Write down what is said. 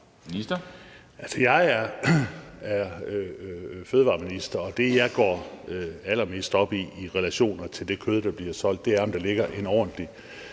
Jeg er fødevareminister, og det, som jeg går allermest op i i relation til det kød, der bliver solgt, er, om der ligger en ordentlig